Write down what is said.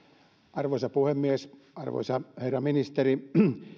arvoisa puhemies arvoisa herra ministeri